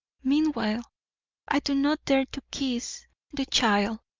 meanwhile i do not dare to kiss the child,